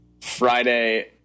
Friday